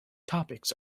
topics